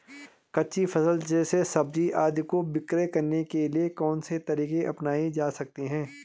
कच्ची फसल जैसे सब्जियाँ आदि को विक्रय करने के लिये कौन से तरीके अपनायें जा सकते हैं?